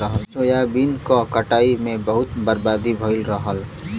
soybean क कटाई में बहुते बर्बादी भयल रहल